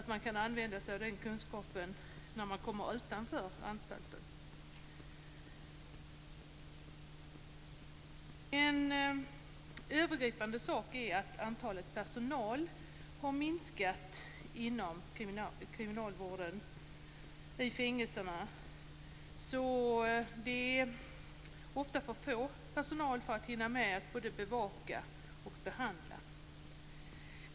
Då kan de använda sig av den kunskapen när de kommer utanför anstalten. En övergripande sak är att antalet anställda har minskat inom kriminalvården och på fängelserna. De är ofta för få för att hinna med att både bevaka och behandla.